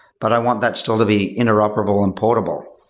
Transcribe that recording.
but i want that still to be interoperable and portable.